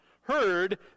heard